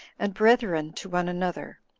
and brethren to one another.